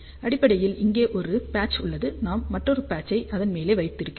அடிப்படையில் இங்கே ஒரு பட்ச் உள்ளது நாம் மற்றொரு பட்ச் ஐ அதன் மேலே வைக்கிறோம்